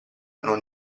non